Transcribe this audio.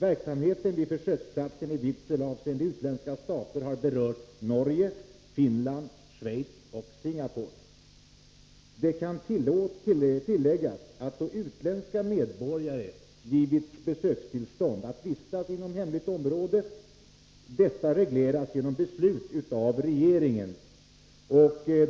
Verksamheten vid försöksplatsen i Vidsel avseende utländska stater har berört Norge, Finland, Schweiz och Singapore. Det kan tilläggas att då utländska medborgare givits tillstånd att vistas inom hemligt område detta regleras genom beslut av regeringen.